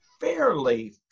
fairly